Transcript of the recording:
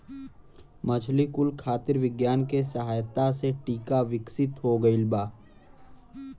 मछली कुल खातिर विज्ञान के सहायता से टीका विकसित हो गइल बा